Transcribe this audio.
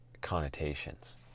connotations